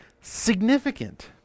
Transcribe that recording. significant